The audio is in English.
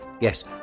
yes